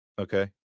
Okay